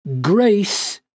grace